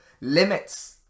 limits